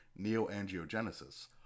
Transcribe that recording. neoangiogenesis